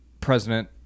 President